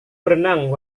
berenang